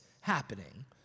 happening